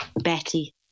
Betty